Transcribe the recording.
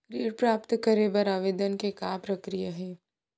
ऋण प्राप्त करे बर आवेदन के का प्रक्रिया हे?